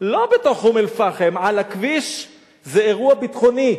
לא בתוך אום-אל-פחם, על הכביש, זה אירוע ביטחוני.